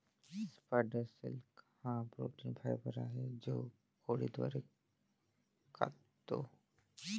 spider silk हा protein fibre आहे जो कोळी द्वारे काततो